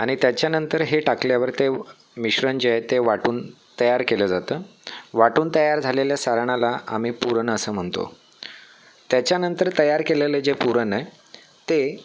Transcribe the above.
आणि त्याच्यानंतर हे टाकल्यावर ते मिश्रण जे आहे ते वाटून तयार केलं जातं वाटून तयार झालेल्या सारणाला आम्ही पुरण असं म्हणतो त्याच्यानंतर तयार केलेले जे पुरण आहे ते